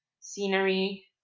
scenery